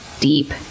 deep